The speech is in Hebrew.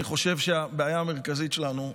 אני חושב שהבעיה המרכזית שלנו,